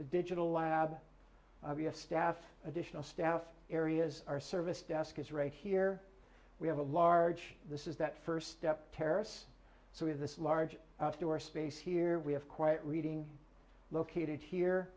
digital lab obvious staff additional staff areas our service desk is right here we have a large this is that first step terrace so we have this large outdoor space here we have quite reading located here